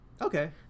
Okay